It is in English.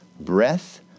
breath